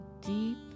deep